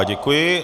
Děkuji.